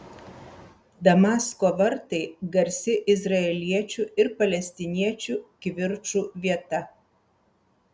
damasko vartai garsi izraeliečių ir palestiniečių kivirčų vieta